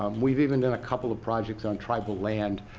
um we've even done a couple of projects on tribal land,